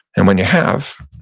and when you have,